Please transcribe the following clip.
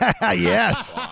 Yes